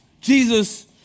Jesus